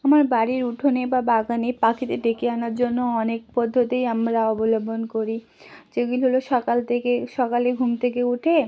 আমার বাড়ির উঠোনে বা বাগানে পাখিদের ডেকে আনার জন্য অনেক পদ্ধতিই আমরা অবলম্বন করি যেগুলি হল সকাল থেকে সকালে ঘুম থেকে উঠে